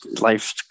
life